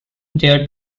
their